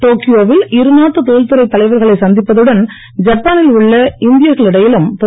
டோக்கியோவில் இரு நாட்டு தொழில்துறை தலைவர்களை சந்திப்பதுடன் ஜப்பானில் உள்ள இந்தியர்களிடையிலும் திரு